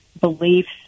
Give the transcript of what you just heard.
beliefs